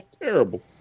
Terrible